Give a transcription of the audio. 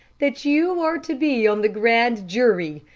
that you are to be on the grand jury.